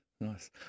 Nice